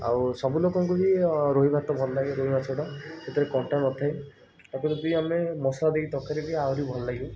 ଆଉ ସବୁ ଲୋକଙ୍କୁ ବି ରୋହି ମାଛ ତ ଭଲଲାଗେ ରୋହିମାଛଟା ସେଥିରେ କଣ୍ଟା ନଥାଏ ତା'ପରେ ବି ଆମେ ମସଲା ଦେଇକି ତରକାରୀ ବି ଆହୁରି ଭଲ ଲାଗିବ